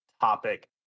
topic